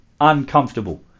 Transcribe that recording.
uncomfortable